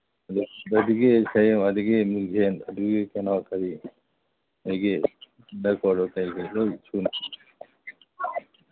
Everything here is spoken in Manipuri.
ꯑꯗꯒꯤ ꯃꯤꯡꯖꯦꯟ ꯑꯗꯒꯤ ꯀꯩꯅꯣ ꯀꯔꯤ ꯑꯗꯒꯤ ꯀꯔꯤ ꯀꯔꯤ ꯂꯣꯏ ꯁꯨꯅ